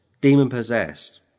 demon-possessed